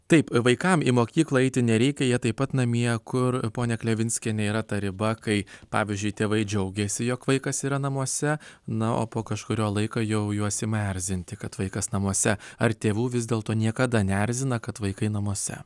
taip vaikam į mokyklą eiti nereikia jie taip pat namie kur ponia klevinskiene yra ta riba kai pavyzdžiui tėvai džiaugiasi jog vaikas yra namuose na o po kažkurio laiko jau juos ima erzinti kad vaikas namuose ar tėvų vis dėlto niekada neerzina kad vaikai namuose